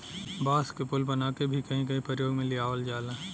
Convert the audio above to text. बांस क पुल बनाके भी कहीं कहीं परयोग में लियावल जाला